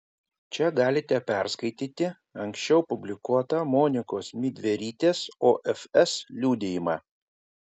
čia galite perskaityti anksčiau publikuotą monikos midverytės ofs liudijimą